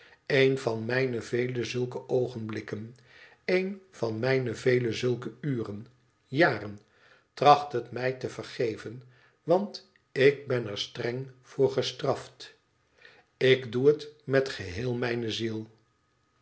een van mijne vele zulke oogenblikkcn een van mijne vele zulke uren jaren tracht het mij te vergeven want ik ben er streng voor gestraft ik doe het met geheel mijne ziel